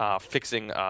fixing